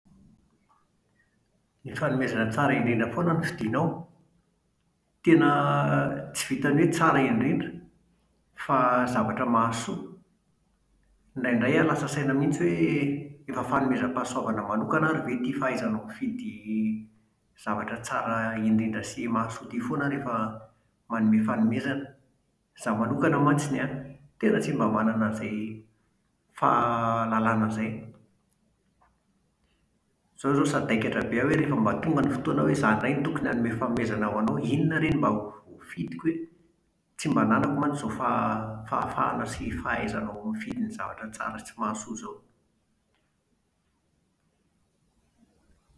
Ny fanomezana tsara indrindra foana no fidinao. Tena tsy vitan'ny hoe ny tsara indrindra, fa zavatra mahasoa. Indraindray aho lasa saina mihitsy hoe efa fanomezam-pahasoavana manokana ary ve ity fahaizanao mifidy zavatra tsara indrindra sy mahasoa ity foana rehefa manome fanomezana? Izaho manokana mantsiny an, tena tsy mba manana an'izay fa-ha-lalàna izay. Izao izao sadaikatra be aho hoe rehefa mba tonga ny fotoana hoe izaho indray no tokony hanome fanomezana ho anao, inona re no mba ho voafidiko e? Tsy mba ananako mantsy izao fa fahafahana sy fahaizanao mifidy ny zavatra tsara sy mahasoa izao